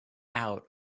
out